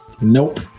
Nope